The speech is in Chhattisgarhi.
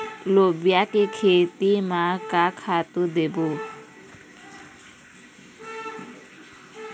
लोबिया के खेती म का खातू देबो?